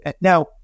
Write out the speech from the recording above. now